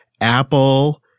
Apple